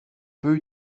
peux